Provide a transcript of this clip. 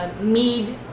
mead